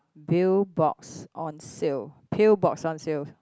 pill box on sale pill box on sale